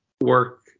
work